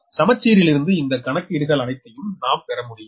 எனவே சமச்சீரிலிருந்து இந்த கணக்கீடுகள் அனைத்தையும் நாம் பெறமுடியும்